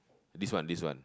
this one this one